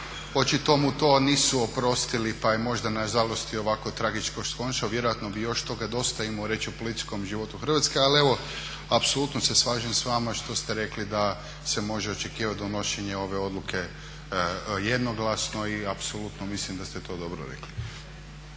očito mu to nisu oprostili pa je možda nažalost i ovako tragično skončao. Vjerojatno bi još toga dosta imao reći o političkom životu Hrvatske. Ali evo apsolutno se slažem s vama što ste rekli da se može očekivati donošenje ove odluke jednoglasno i apsolutno mislim da ste to dobro rekli.